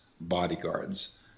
bodyguards